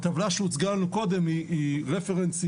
הטבלה שהוצגה לנו קודם היא רפרנס,